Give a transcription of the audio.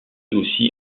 aussi